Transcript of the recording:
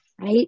Right